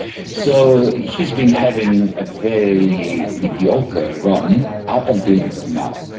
so he's been having a very mediocre run up until now.